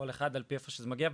כל אחד על פי איפה שזה מגיע,